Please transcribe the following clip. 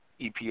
EPA